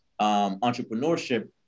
entrepreneurship